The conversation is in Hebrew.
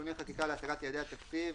(תיקוני חקיקה להשגת יעדי התקציב),